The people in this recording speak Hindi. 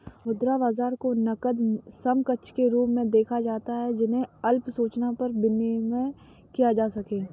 मुद्रा बाजार को नकद समकक्ष के रूप में देखा जाता है जिसे अल्प सूचना पर विनिमेय किया जा सके